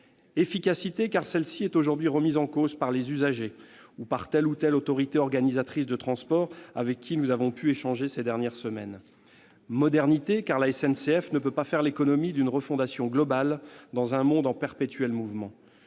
Efficacité, car celle-ci est aujourd'hui remise en cause par les usagers ou par telle ou telle autorité organisatrice de transport avec laquelle nous avons pu échanger ces dernières semaines. Modernité, car la SNCF ne peut pas faire l'économie d'une refondation globale dans un monde en perpétuel mouvement.